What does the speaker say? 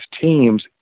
teams